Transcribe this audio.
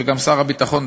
שגם שר הביטחון,